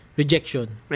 Rejection